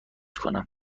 کنم